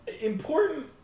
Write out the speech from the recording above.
Important